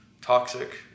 toxic